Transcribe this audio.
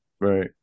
Right